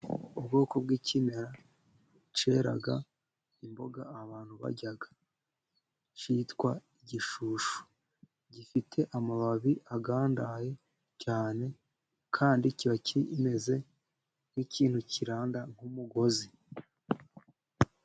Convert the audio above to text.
Ubwoko bw'ikimera kera imboga abantu barya cyitwa shushu, gifite amababi agandaye cyane, kandi kiba kimeze nk'ikintu kirandaranda nk'umugozi.